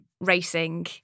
racing